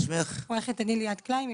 עורכת הדין ליאת קליין.